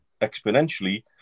exponentially